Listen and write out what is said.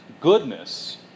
Goodness